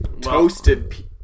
toasted